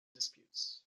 disputes